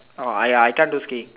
oh ya I can't to stay